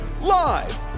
live